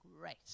great